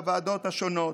בוועדות השונות,